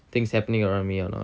things happening around me or not